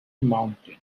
mountain